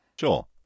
Sure